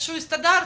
איכשהו הסתדרתם.